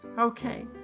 Okay